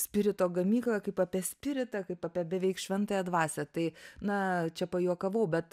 spirito gamyklą kaip apie spiritą kaip apie beveik šventąją dvasią tai na čia pajuokavau bet